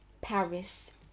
Paris